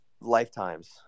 lifetimes